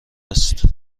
است